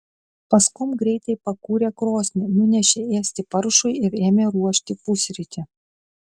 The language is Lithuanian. paskum greitai pakūrė krosnį nunešė ėsti paršui ir ėmė ruošti pusrytį